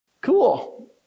Cool